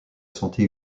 santé